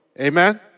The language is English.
Amen